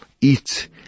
eat